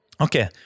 Okay